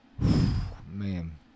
Man